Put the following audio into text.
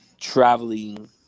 traveling